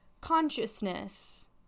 Consciousness